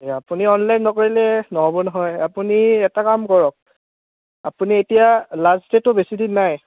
আপুনি অনলাইন নকৰিলে নহ'ব নহয় আপুনি এটা কাম কৰক আপুনি এতিয়া লাষ্ট ডেটো বেছিদিন নাই